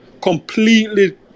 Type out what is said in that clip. completely